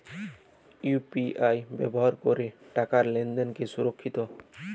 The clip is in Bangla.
ইউ.পি.আই ব্যবহার করে টাকা লেনদেন কি সুরক্ষিত?